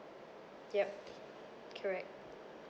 yup correct